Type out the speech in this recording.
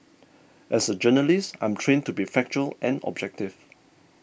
as a journalist I'm trained to be factual and objective